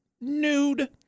nude